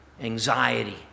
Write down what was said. anxiety